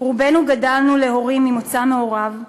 רובנו גדלנו להורים ממוצא מעורב,